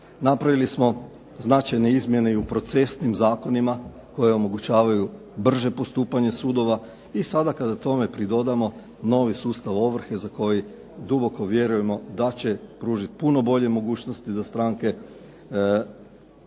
Napravili smo značajne izmjene i u procesnim zakonima koji omogućavaju brže postupanje sudova, i sada kada tome pridodamo novi sustav ovrhe za koji duboko vjerujemo da će pružiti puno bolje mogućnosti za stranke one